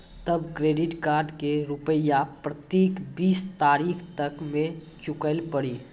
तब credit card के रूपिया प्रतीक बीस तारीख तक मे चुकल पड़ी?